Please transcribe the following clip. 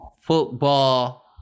football